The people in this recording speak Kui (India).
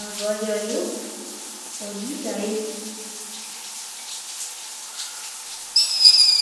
କାଗଜରେ ପଡୀ ଜାଏ।